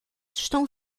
estão